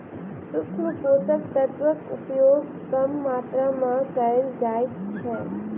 सूक्ष्म पोषक तत्वक उपयोग कम मात्रा मे कयल जाइत छै